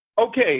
Okay